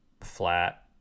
flat